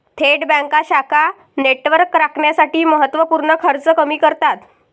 थेट बँका शाखा नेटवर्क राखण्यासाठी महत्त्व पूर्ण खर्च कमी करतात